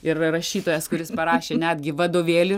ir rašytojas kuris parašė netgi vadovėlį